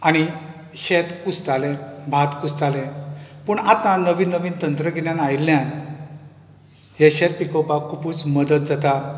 आनी शेत कुसतालें भात कुसतालें पूण आता नवीन नवीन तंत्रगिन्यान आयिल्ल्यान हें शेत पिकोवपाक खुबूच मदत जाता